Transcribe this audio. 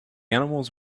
animals